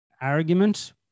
argument